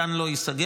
הגן לא ייסגר,